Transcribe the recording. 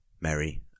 Mary